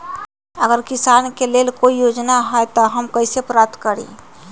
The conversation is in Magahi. अगर किसान के लेल कोई योजना है त हम कईसे प्राप्त करी?